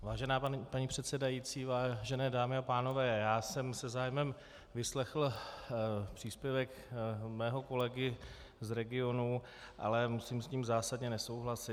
Vážená paní předsedající, vážené dámy a pánové, já jsem se zájmem vyslechl příspěvek svého kolegy z regionu, ale musím s ním zásadně nesouhlasit.